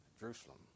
Jerusalem